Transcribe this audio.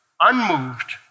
unmoved